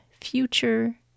future